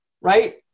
right